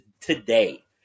Today